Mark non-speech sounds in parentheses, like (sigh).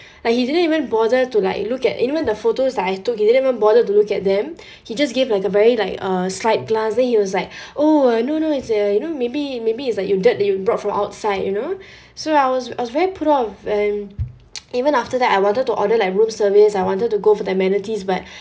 (breath) like he didn't even bother to like look at even the photos that I took he didn't even bother to look at them (breath) he just gave like a very like a slight glance then he was like (breath) oh no no it's uh you know maybe maybe is like your dirt that you brought from outside you know (breath) so I was I was very put off and (noise) even after that I wanted to order like room service I wanted to go for the amenities but (breath)